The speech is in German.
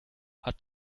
hat